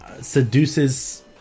seduces